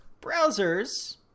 browsers